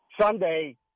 Sunday